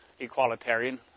equalitarian